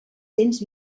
cents